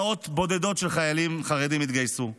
מאות בודדות של חיילים חרדים התגייסו,